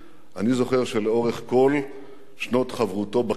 אני זוכר שלאורך כל שנות חברותו בכנסת